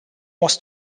was